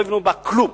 לא יבנו בה כלום.